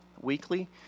weekly